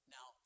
Now